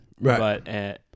right